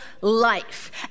life